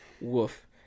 Woof